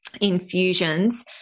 infusions